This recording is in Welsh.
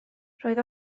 roedd